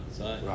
Right